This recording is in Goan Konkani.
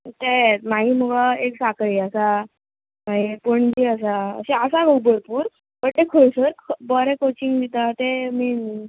मागीर मगो एक साखळे आसा मागीर पणजे आसा अशी आसा गो भरपूर बट तें खंयसूर बरें कॉचींग दिता तें मेन न्ही